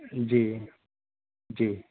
جی جی